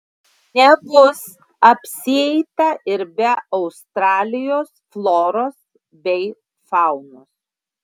nebus apsieita ir be australijos floros bei faunos